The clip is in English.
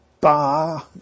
bah